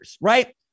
right